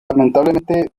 lamentablemente